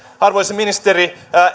arvoisa ministeri